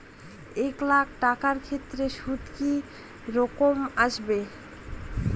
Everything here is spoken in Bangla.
এক লাখ টাকার ক্ষেত্রে সুদ কি রকম আসবে?